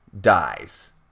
dies